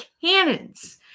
cannons